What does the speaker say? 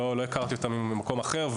לא הכרתי אותה ממקום אחר,